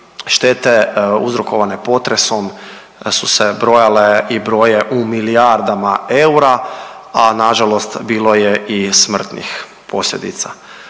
štete uzrokovane potresom su se brojale i broje u milijardama eura, a nažalost bilo je i smrtnih posljedica.